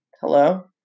Hello